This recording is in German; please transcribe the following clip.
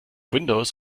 windows